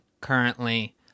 currently